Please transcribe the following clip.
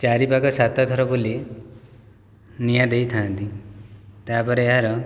ଚାରିପାଖ ସାତଥର ବୁଲି ନିଆଁ ଦେଇଥାନ୍ତି ତାପରେ ଏହାର